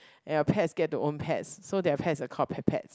and your pets get to own pets so their pets are called pet pets